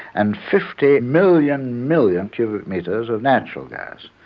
and fifty million million cubic metres of natural gas.